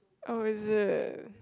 oh is it